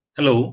Hello